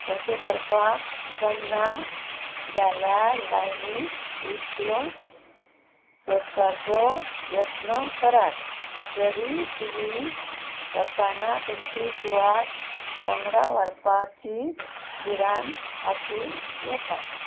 तशें करपाक जमना जाल्यार लायनींत इश्ट सोदपाचो यत्न करात जरी तुमी वताना तुमची सुवात वांगडा व्हरपाची भिरांत आसूं येता